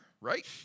right